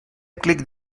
clic